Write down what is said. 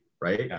right